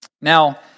Now